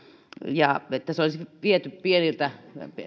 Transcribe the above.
siitä että se olisi viety